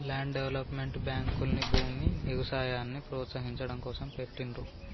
land development బ్యేంకుల్ని భూమి, ఎగుసాయాన్ని ప్రోత్సహించడం కోసం పెట్టిండ్రు